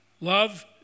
Love